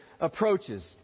approaches